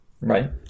Right